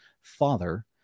father